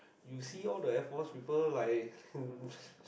you see all the Air Force people like